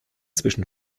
zwischen